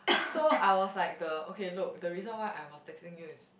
so I was like the okay look the reason why I was texting you is